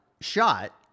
shot